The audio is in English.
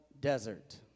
desert